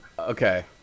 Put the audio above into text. Okay